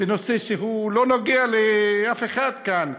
בנושא שהוא לא נוגע לאף אחד כאן,